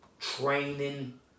training